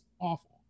awful